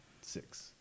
Six